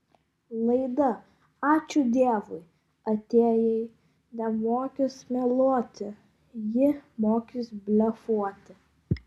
laida ačiū dievui atėjai nemokys meluoti ji mokys blefuoti